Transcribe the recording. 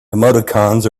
emoticons